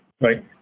Right